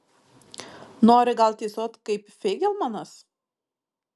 nori gal tysot kaip feigelmanas